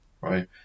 right